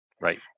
right